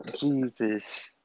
Jesus